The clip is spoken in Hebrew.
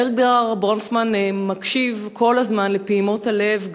אדגר ברונפמן מקשיב כל הזמן לפעימות הלב,